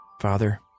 father